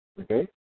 Okay